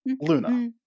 Luna